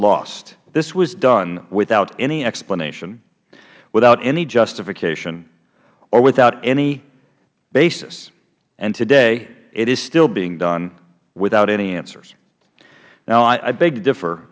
lost this was done without any explanation without any justification or without basis and today it is still being done without any answers now i beg to differ